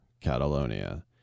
Catalonia